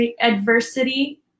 adversity